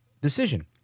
decision